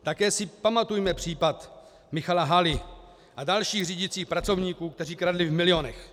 Také si pamatujeme případ Michala Haly a dalších řídících pracovníků, kteří kradli v milionech.